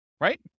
right